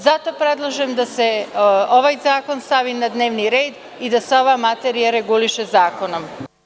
Zato predlažem da se ovaj zakon stavi na dnevni red i da se ova materija reguliše zakonom.